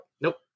Nope